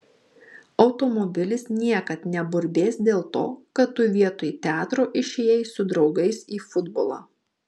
automobilis niekad neburbės dėl to kad tu vietoj teatro išėjai su draugais į futbolą